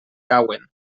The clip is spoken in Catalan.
cauen